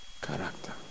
character